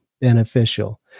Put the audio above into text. beneficial